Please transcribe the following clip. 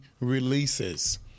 releases